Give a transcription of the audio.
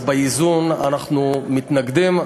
אז באיזון אנחנו מתנגדים.